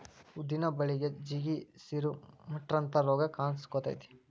ಉದ್ದಿನ ಬಳಿಗೆ ಜಿಗಿ, ಸಿರು, ಮುಟ್ರಂತಾ ರೋಗ ಕಾನ್ಸಕೊತೈತಿ